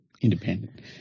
independent